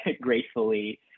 gracefully